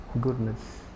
goodness